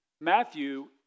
Matthew